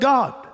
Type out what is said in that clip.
God